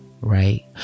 right